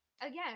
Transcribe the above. again